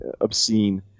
obscene